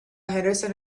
henderson